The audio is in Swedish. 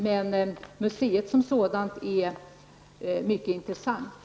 Men museet som sådant är mycket intressant.